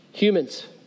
Humans